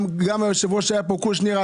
גם היושב ראש של הוועדה אז קושניר,